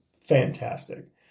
fantastic